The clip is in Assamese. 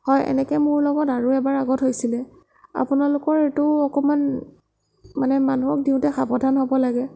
হয় এনেকে মোৰ লগত আৰু এবাৰ আগত হৈছিলে আপোনালোকৰ এইটো অকমান মানে মানুহক দিওঁতে সাৱধান হ'ব লাগে